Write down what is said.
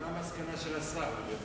מה המסקנה של השר?